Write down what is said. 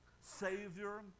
Savior